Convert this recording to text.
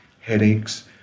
headaches